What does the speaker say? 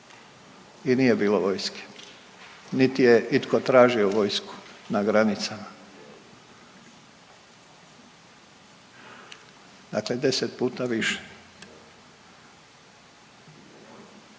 i nije bilo vojske, niti je itko tražio vojsku na granicama, dakle 10 puta više.